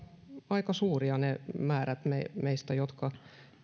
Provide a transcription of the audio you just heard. aika suuria ne määrät meistä meistä jotka